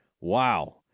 Wow